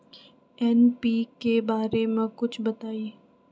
NPK बारे म कुछ बताई?